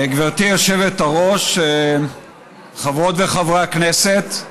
גברתי היושבת-ראש, חברות וחברי הכנסת,